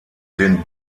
den